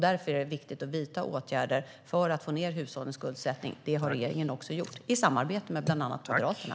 Därför är det viktigt att vidta åtgärder för att få ned hushållens skuldsättning. Det har regeringen också gjort, i samarbete med bland annat Moderaterna.